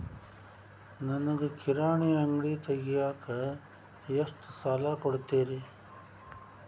ನನಗ ಕಿರಾಣಿ ಅಂಗಡಿ ತಗಿಯಾಕ್ ಎಷ್ಟ ಸಾಲ ಕೊಡ್ತೇರಿ?